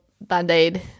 band-aid